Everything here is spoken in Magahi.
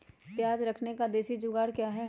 प्याज रखने का देसी जुगाड़ क्या है?